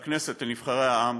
לכנסת, לנבחרי העם,